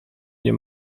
nie